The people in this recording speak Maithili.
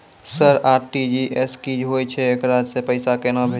सर आर.टी.जी.एस की होय छै, एकरा से पैसा केना भेजै छै?